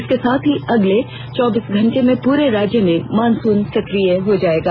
इसके साथ ही अगले चौबीस घंटे में पुरे राज्य में मॉनसुन सक्रिय हो जायेगा